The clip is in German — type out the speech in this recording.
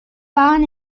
waren